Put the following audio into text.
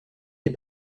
les